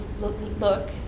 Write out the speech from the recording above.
look